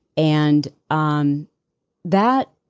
and um that